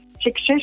success